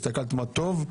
הסתכלת מה טוב.